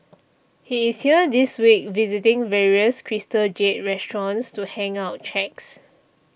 he is here this week visiting various Crystal Jade restaurants to hand out cheques